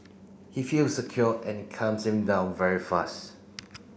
he feels secure and it calms him down very fast